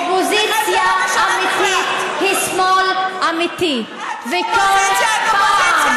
אופוזיציה אמיתית היא שמאל אמיתי, וכל פעם